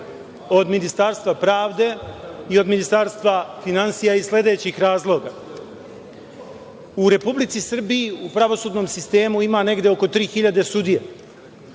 od Ministarstva pravde i od Ministarstva finansija iz sledećih razloga.U Republici Srbiji u pravosudnom sistemu ima negde oko 3.000 sudija.